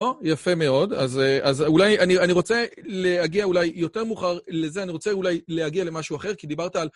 או, יפה מאוד. אז א.. אז אולי אני, אני, רוצה להגיע אולי יותר מאוחר לזה, אני רוצה אולי להגיע למשהו אחר, כי דיברת על...